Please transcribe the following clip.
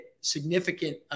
significant